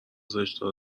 زشتها